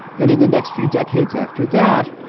then in the next few decades after that,